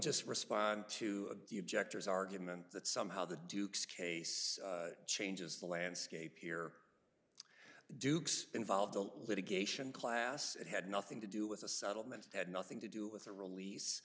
just respond to the objectors argument that somehow the duke's case changes the landscape here dukes involved the litigation class it had nothing to do with a settlement had nothing to do with the release